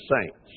saints